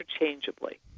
interchangeably